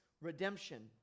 redemption